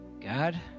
God